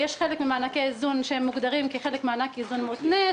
חלק ממענקי האיזון מוגדרים כמענק איזון מותנה,